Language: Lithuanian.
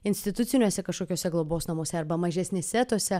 instituciniuose kažkokiuose globos namuose arba mažesnėse tose